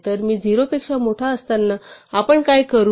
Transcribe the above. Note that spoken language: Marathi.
तर मी 0 पेक्षा मोठा असताना आपण काय करू